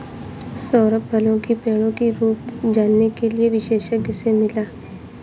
सौरभ फलों की पेड़ों की रूप जानने के लिए विशेषज्ञ से मिला